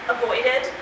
avoided